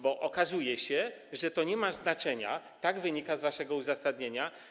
Bo okazuje się, że to nie ma znaczenia, tak wynika z waszego uzasadnienia.